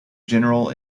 general